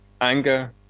anger